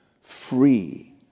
free